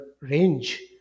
range